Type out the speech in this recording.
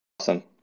Awesome